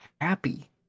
happy